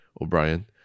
O'Brien